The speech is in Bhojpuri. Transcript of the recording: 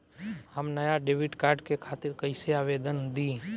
हम नया डेबिट कार्ड के खातिर कइसे आवेदन दीं?